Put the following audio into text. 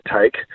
take